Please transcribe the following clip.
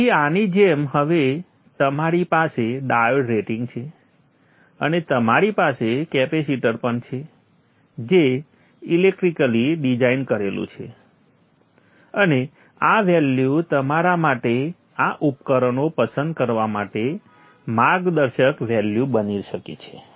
તેથી આની જેમ હવે તમારી પાસે ડાયોડ રેટિંગ છે અને તમારી પાસે કેપેસિટર પણ છે જે ઇલેક્ટ્રિકલી ડિઝાઇન કરેલું છે અને આ વેલ્યુ તમારા માટે આ ઉપકરણો પસંદ કરવા માટે માર્ગદર્શક વેલ્યુ બની શકે છે